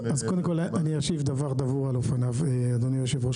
אני אשיב דבר דבור על אופניו, אדוני היושב-ראש.